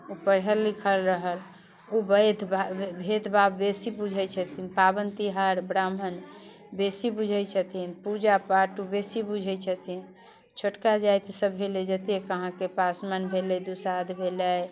ओ पढ़ल लिखल रहल ओ बैद भेदभाव बेसी बुझैत छथिन पाबनि तिहार ब्राह्मण बेसी बुझैत छथिन पूजा पाठ ओ बेसी बुझैत छथिन छोटका जातिसभ भेलै जतेक अहाँके पासमान भेलै दुसाध भेलै